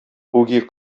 үги